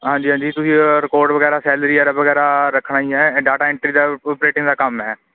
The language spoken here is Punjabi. ਹਾਂਜੀ ਹਾਂਜੀ ਤੁਸੀਂ ਰਿਕਾਰਡ ਵਗੈਰਾ ਸੈਲਰੀ ਵਾਲਾ ਰੱਖਣਾ ਹੀ ਐ ਡਾਟਾ ਐਂਟਰੀ ਦਾ ਕੰਮ ਹੈ